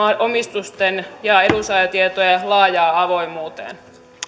omistusten ja edunsaajatietojen laajaan avoimuuteen